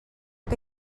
que